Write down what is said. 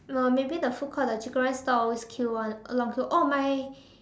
or maybe the food court the chicken rice stall always queue [one] long queue oh my